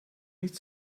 nicht